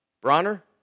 Bronner